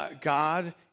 God